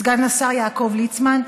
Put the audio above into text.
סגן השר יעקב ליצמן,